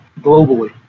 globally